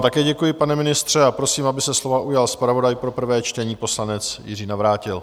Také vám děkuji, pane ministře, a prosím, aby se slova ujal zpravodaj pro prvé čtení, poslanec Jiří Navrátil.